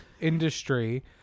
Industry